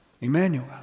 Emmanuel